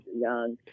Young